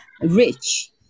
rich